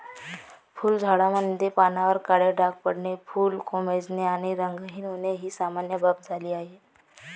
फुलझाडांमध्ये पानांवर काळे डाग पडणे, फुले कोमेजणे आणि रंगहीन होणे ही सामान्य बाब झाली आहे